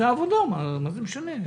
צודק.